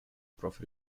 прав